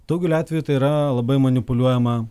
daugeliu atveju tai yra labai manipuliuojama